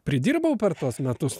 pridirbau per tuos metus